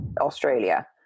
Australia